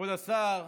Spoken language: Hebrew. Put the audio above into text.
כבוד השר,